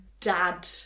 dad